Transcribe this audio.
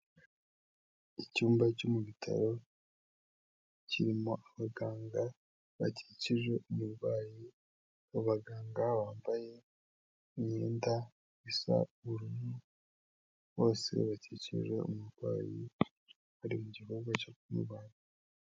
Icyumba cyo mu bitaro kirimo abaganga bakikije umurwayi, abaganga bambaye imyenda isa ubururu, bose bakikije umurwayi bari mu gikorwa cyo kumubaga.